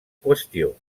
qüestió